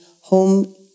home